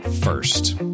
first